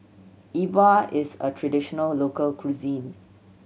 Yi Bua is a traditional local cuisine